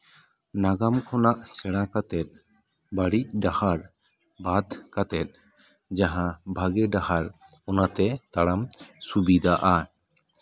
ᱱᱟᱜᱟᱢ ᱠᱷᱚᱱᱟᱜ ᱥᱮᱬᱟ ᱠᱟᱛᱮᱫ ᱵᱟᱹᱲᱤᱡ ᱰᱟᱦᱟᱨ ᱵᱟᱫ ᱠᱟᱛᱮᱫ ᱡᱟᱦᱟᱸ ᱵᱷᱟᱹᱜᱤ ᱰᱟᱦᱟᱨ ᱚᱱᱟᱛᱮ ᱛᱟᱲᱟᱢ ᱥᱩᱵᱤᱫᱷᱟᱜᱼᱟ